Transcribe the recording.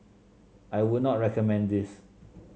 I would not recommend this